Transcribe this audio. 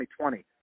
2020